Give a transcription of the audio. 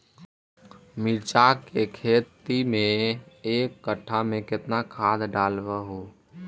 मिरचा के खेती मे एक कटा मे कितना खाद ढालबय हू?